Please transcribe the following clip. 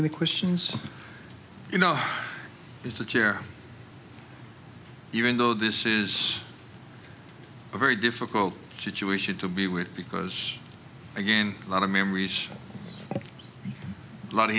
any questions you know it's a chair even though this is a very difficult situation to be with because again a lot of memories a lot of